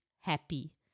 happy